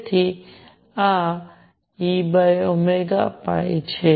તેથી આ Eπ છે